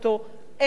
אין יותר שקרים,